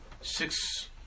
six